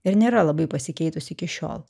ir nėra labai pasikeitusi iki šiol